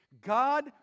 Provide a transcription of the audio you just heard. God